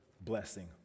blessing